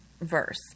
verse